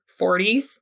40s